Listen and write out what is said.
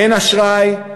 אין אשראי,